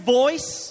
voice